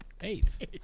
Eighth